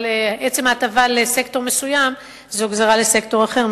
אבל עצם ההטבה לסקטור מסוים זו גזירה לסקטור אחר.